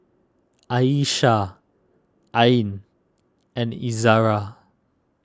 Aishah Ain and Izara